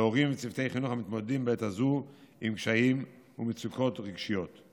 להורים ולצוותי חינוך המתמודדים בעת הזאת עם קשיים ומצוקות רגשיות.